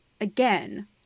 again